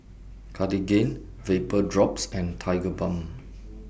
Cartigain Vapodrops and Tigerbalm